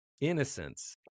innocence